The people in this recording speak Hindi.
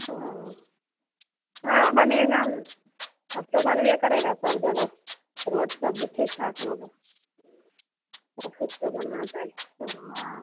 हाँ बनेगा अब तो बनबे करेगा सब जगह रोड तभी ठीक ठाक होगा और कुछ तो बनना चाहिए तो हाँ